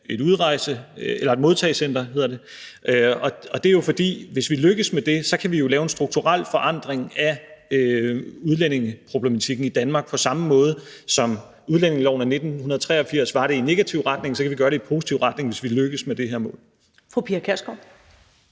i mål med, er et modtagecenter. Det er jo, fordi vi, hvis vi lykkes med det, kan lave en strukturel forandring af udlændingeproblematikken i Danmark, og på samme måde, som udlændingeloven af 1983 var det i negativ retning, kan vi gøre det i positiv retning, hvis vi lykkes med det her mål.